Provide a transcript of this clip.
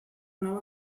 nova